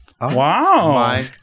wow